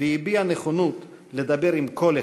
והביעה נכונות לדבר עם כל אחד.